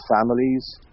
families